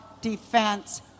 defense